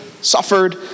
suffered